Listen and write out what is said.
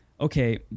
okay